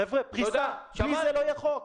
חבר'ה, פריסה, בלי זה לא יהיה חוק.